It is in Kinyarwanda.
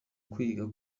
kwiga